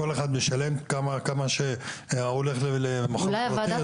כל אחד משלם כמה ש-הוא הולך למכון פרטי --- אולי הוועדה